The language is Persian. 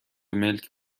ملک